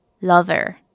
lover